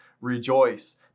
rejoice